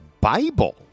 Bible